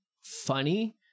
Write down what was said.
funny